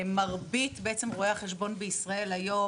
מרבית רואי החשבון בישראל היום,